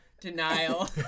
denial